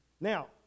Now